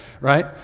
right